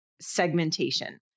segmentation